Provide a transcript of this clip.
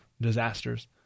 disasters